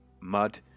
mud